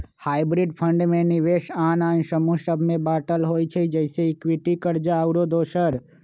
hybrid fund में निवेश आन आन समूह सभ में बाटल होइ छइ जइसे इक्विटी, कर्जा आउरो दोसर